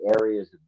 areas